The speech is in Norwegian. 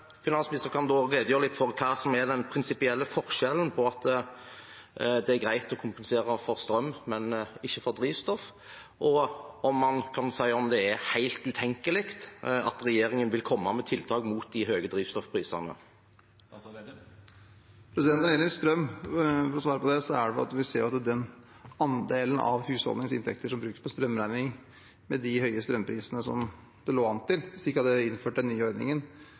finansministeren kan redegjøre litt for hva som er den prinsipielle forskjellen på at det er greit å kompensere for strøm, men ikke for drivstoff, og om han kan si om det er helt utenkelig at regjeringen vil komme med tiltak mot de høye drivstoffprisene. For å svare på det som gjelder strøm, er det fordi vi ser at den andelen av husholdningenes inntekter som brukes på strømregningen, med de høye strømprisene som det lå an til, hvis vi ikke hadde innført den nye ordningen,